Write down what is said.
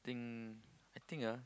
I think I think ah